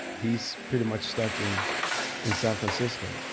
he's pretty much stuck in in san francisco.